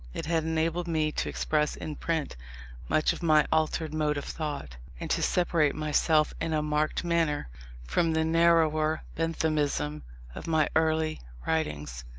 it had enabled me to express in print much of my altered mode of thought, and to separate myself in a marked manner from the narrower benthamism of my early writings.